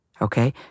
okay